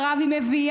נו,